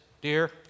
dear